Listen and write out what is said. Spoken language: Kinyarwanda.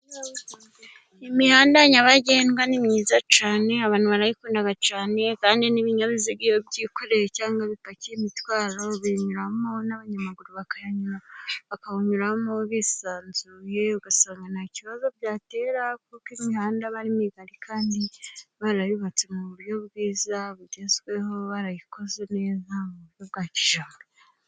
Imihanda nyabagendwa ni myiza cyane. Abantu barayikunda cyane. Kandi n'ibinyabiziga iyo byikoreye cyangwa bipaki imitwaro binyinyuramo. N'abanyamaguru bakayinyura bisanzuye. Ugasanga nta kibazo byatera kuko imihanda ari migari, kandi barayubatse mu buryo bwiza, bugezweho, barayikoze neza buryo bwa kijyambere.